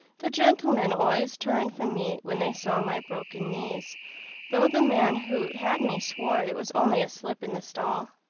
the gentlemen always turned from me when they saw my broken knees though the man who had me swore it was only a slip in the stall.